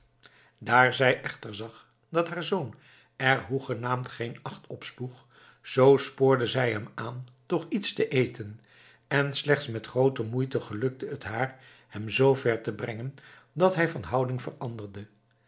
daar zij echter zag dat haar zoon er hoegenaamd geen acht op sloeg zoo spoorde zij hem aan toch iets te eten en slechts met groote moeite gelukte het haar hem zoover te brengen dat hij van houding veranderde